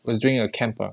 was during a camp